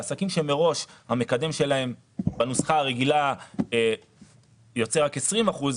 לעסקים שמראש המקדם שלהם בנוסחה הרגילה יוצא רק 20 אחוזים,